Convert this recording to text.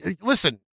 listen